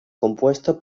compuesto